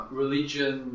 religion